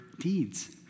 deeds